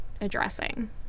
addressing